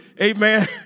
amen